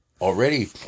already